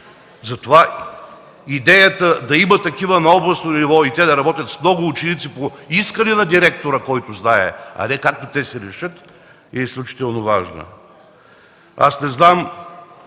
Затова идеята да има такива на областно ниво и те работят с много ученици по искане на директора, който знае, а не както те си решат, е изключително важна. Не знам